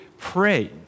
pray